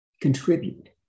Contribute